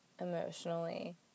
emotionally